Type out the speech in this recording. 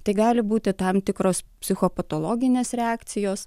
tai gali būti tam tikros psichopatologinės reakcijos